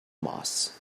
moss